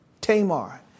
Tamar